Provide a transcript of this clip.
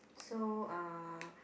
so uh